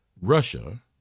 Russia